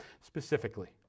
specifically